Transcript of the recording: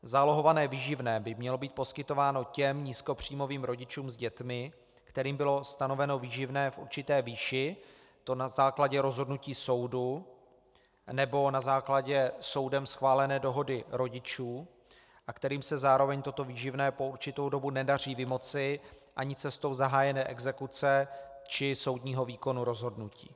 Zálohované výživné by mělo být poskytováno těm nízkopříjmovým rodičům s dětmi, kterým bylo stanoveno výživné v určité výši, a to na základě rozhodnutí soudu nebo na základě soudem schválené dohody rodičů, a kterým se zároveň toto výživné po určitou dobu nedaří vymoci ani cestou zahájené exekuce či soudního výkonu rozhodnutí.